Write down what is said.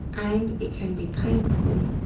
and it can be painful,